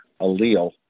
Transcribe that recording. allele